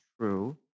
true